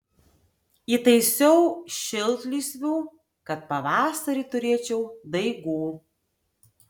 įtaisiau šiltlysvių kad pavasarį turėčiau daigų